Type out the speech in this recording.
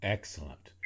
Excellent